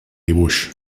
dibuix